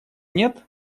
нет